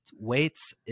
weights